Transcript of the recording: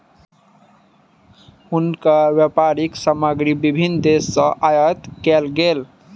हुनकर व्यापारक सामग्री विभिन्न देस सॅ आयात कयल गेल